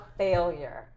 failure